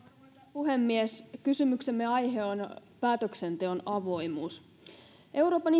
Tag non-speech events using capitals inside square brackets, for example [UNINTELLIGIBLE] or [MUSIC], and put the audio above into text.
puhemies kysymyksemme aihe on päätöksenteon avoimuus euroopan [UNINTELLIGIBLE]